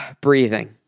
breathing